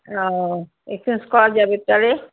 ও exchange করা যাবে তাহলে